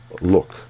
look